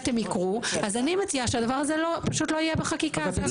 הם יקרו אז אני מציעה שהדבר הזה פשוט לא יהיה בחקיקה.